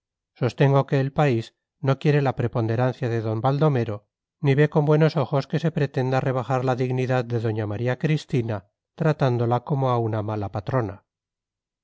sostengo que el país no quiere la preponderancia de d baldomero ni ve con buenos ojos que se pretenda rebajar la dignidad de doña maría cristina tratándola como a una mala patrona